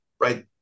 right